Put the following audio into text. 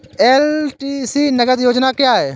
LTC नगद योजना क्या है?